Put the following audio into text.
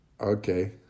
Okay